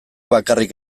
bakarrik